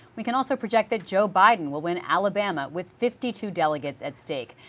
we can also project that joe biden will win alabama with fifty two delegates at stake.